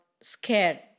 scared